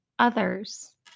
others